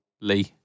Lee